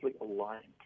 aligned